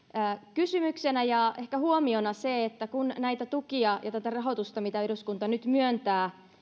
kysymyksenä ja ehkä huomiona se että kun näitä tukia ja tätä rahoitusta mitä eduskunta nyt myöntää